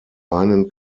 einen